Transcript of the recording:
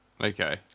Okay